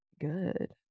good